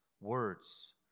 words